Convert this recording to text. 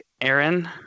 Aaron